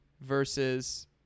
versus